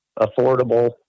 affordable